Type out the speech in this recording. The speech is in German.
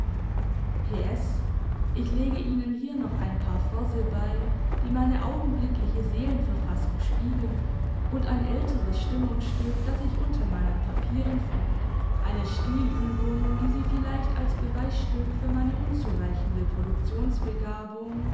s ich lege ihnen hier noch ein paar verse bei die meine augenblickliche seelenverfassung spiegeln und ein älteres stimmungsstück das ich unter meinen papieren fand eine stilübung die sie vielleicht als beweisstück für meine unzureichende